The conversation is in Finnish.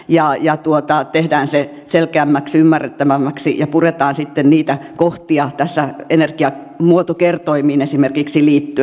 jaa ja tuottaa tehdään selkeämmäksi ja ymmärrettävämmäksi ja puretaan sitten niitä kohtia tässä esimerkiksi energiamuotokertoimiin liittyen